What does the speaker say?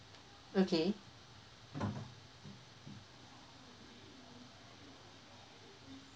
okay